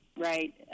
right